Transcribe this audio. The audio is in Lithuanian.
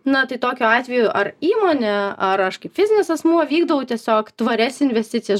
na tai tokiu atveju ar įmonė ar aš kaip fizinis asmuo vykdau tiesiog tvarias investicijas